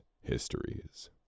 histories